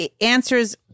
answers